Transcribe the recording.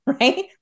right